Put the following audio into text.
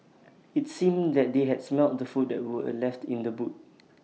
IT seemed that they had smelt the food that were left in the boot